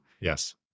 Yes